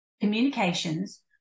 communications